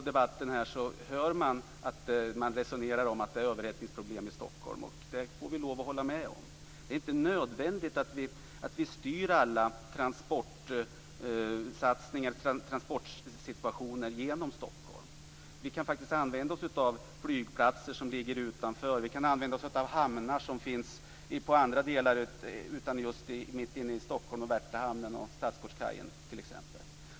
Det talas i debatten om överhettningsproblem i Stockholm. Det måste jag hålla med om. Det är inte nödvändigt att man styr alla transporter genom Stockholm. Man kan faktiskt använda sig av flygplatser som ligger utanför Stockholm och hamnar i andra delar av landet. Man behöver inte använda Värtahamnen och Stadsgårdskajen inne i Stockholm.